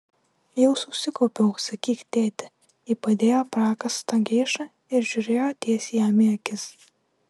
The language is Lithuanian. jau susikaupiau sakyk tėti ji padėjo prakąstą geišą ir žiūrėjo tiesiai jam į akis